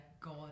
god